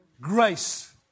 Grace